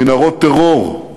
מנהרות טרור,